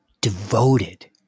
devoted